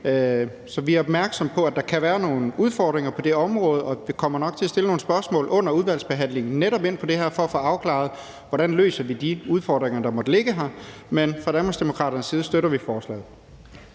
Vi er opmærksomme på, at der kan være nogle udfordringer på det område, og vi kommer nok til at stille nogle spørgsmål under udvalgsbehandlingen om netop det her for at få afklaret, hvordan vi løser de udfordringer, der måtte ligge her, men fra Danmarksdemokraternes side støtter vi lovforslaget.